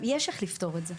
יש דרך לפתור את זה.